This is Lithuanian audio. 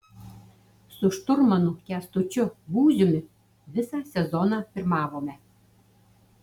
su šturmanu kęstučiu būziumi visą sezoną pirmavome